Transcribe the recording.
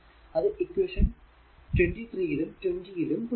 അത് ഇക്വേഷൻ 23 യിലും 20 യിലും കൊടുക്കുക